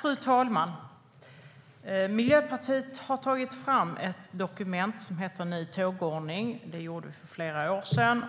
Fru talman! Miljöpartiet har tagit fram ett dokument om en ny tågordning. Det gjorde vi för flera år sedan.